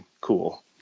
cool